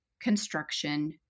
construction